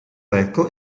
becco